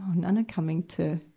none are coming to,